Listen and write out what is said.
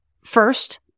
First